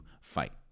fight